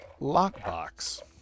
lockbox